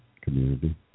community